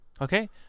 Okay